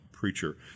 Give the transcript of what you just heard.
Preacher